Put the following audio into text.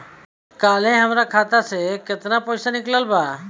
काल्हे हमार खाता से केतना पैसा निकलल बा?